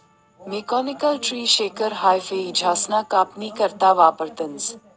mechanical tree shaker हाई फयझाडसना कापनी करता वापरतंस